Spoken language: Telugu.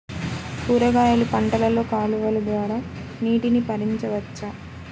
కూరగాయలు పంటలలో కాలువలు ద్వారా నీటిని పరించవచ్చా?